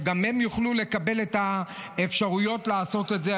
שגם הם יוכלו לקבל את האפשרויות לעשות את זה.